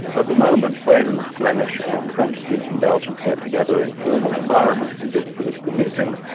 at the moment, when flemish and french-speaking belgians get together in formal environments, in big political meetings,